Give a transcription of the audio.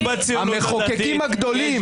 המחוקקים הגדולים.